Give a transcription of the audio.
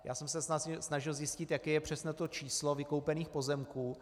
Já jsem se snažil zjistit, jaké je přesné to číslo vykoupených pozemků.